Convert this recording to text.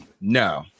No